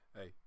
Hey